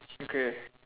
okay